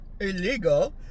illegal